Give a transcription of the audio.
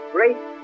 great